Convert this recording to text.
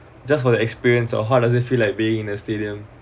just for the experience or how does it feel like being in a stadium